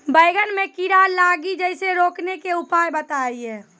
बैंगन मे कीड़ा लागि जैसे रोकने के उपाय बताइए?